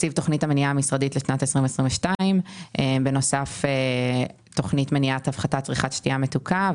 המניעה המשרדית לשנת 2022 ולתכנית הפחתת צריכת שתייה מתוקה,